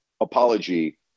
apology